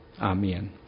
Amen